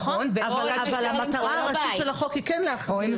אבל המטרה הראשית של החוק היא כן להחזיר.